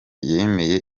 yemeye